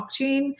blockchain